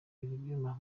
ibyuma